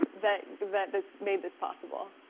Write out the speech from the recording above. that that that's made this possible.